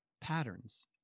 patterns